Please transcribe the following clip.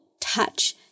Touch